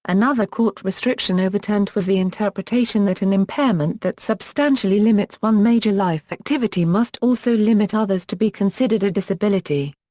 another court restriction overturned was the interpretation that an impairment that substantially limits one major life activity must also limit others to be considered a disability.